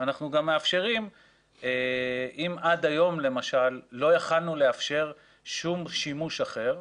אם את היום למשל לא יכולנו לאפשר כל שימוש אחר,